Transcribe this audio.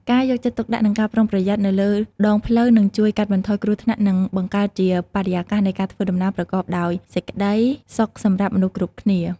ការយកចិត្តទុកដាក់និងការប្រុងប្រយ័ត្ននៅលើដងផ្លូវនឹងជួយកាត់បន្ថយគ្រោះថ្នាក់និងបង្កើតជាបរិយាកាសនៃការធ្វើដំណើរប្រកបដោយសេចក្តីសុខសម្រាប់មនុស្សគ្រប់គ្នា។